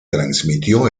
transmitió